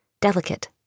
delicate